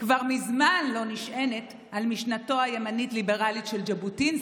כבר מזמן לא נשענת על משנתו הימנית-ליברלית של ז'בוטינסקי.